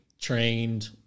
trained